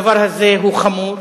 הדבר הזה הוא חמור,